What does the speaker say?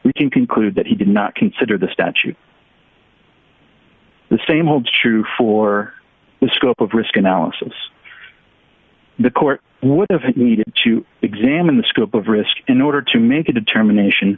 we can conclude that he did not consider the statute the same holds true for the scope of risk analysis the court with event need to examine the scope of risk in order to make a determination